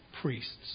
priests